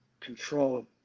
control